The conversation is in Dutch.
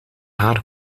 haar